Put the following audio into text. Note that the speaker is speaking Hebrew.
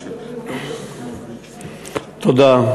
תודה.